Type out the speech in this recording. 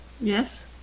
Yes